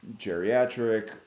geriatric